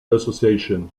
association